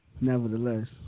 nevertheless